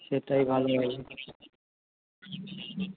সেটাই ভালো হবে